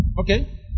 Okay